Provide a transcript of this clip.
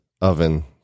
oven